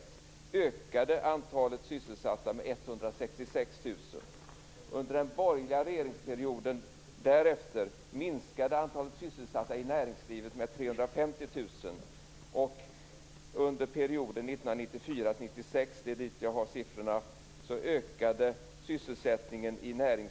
65 000. Det är så långt jag har siffrorna.